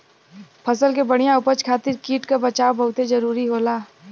फसल के बढ़िया उपज खातिर कीट क बचाव बहुते जरूरी होला